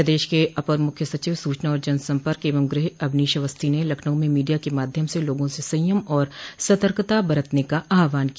प्रदेश के अपर मुख्य सचिव सूचना और जन सम्पर्क एवं गृह अवनीश अवस्थी ने लखनऊ में मीडिया के माध्यम से लोगों से संयम और सतर्कता बरतने का आह्वान किया